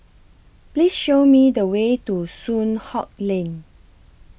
Please Show Me The Way to Soon Hock Lane